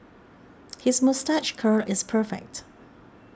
his moustache curl is perfect